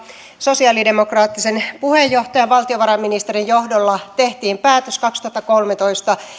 sosialidemokraattisen puheenjohtajan valtiovarainministerin johdolla tehtiin päätös kaksituhattakolmetoista